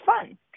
fun